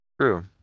True